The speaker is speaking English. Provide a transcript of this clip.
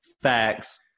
Facts